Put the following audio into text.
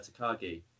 Takagi